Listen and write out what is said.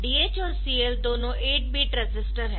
DH और CL दोनों 8 bit register है